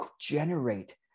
generate